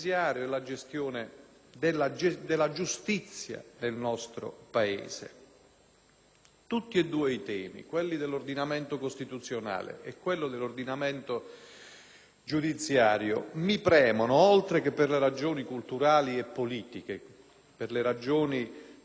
Entrambi i temi (l'ordinamento costituzionale e l'ordinamento giudiziario) mi premono, oltre che per le ragioni culturali e politiche, per gli aspetti che attengono alle fondamenta della democrazia del nostro Paese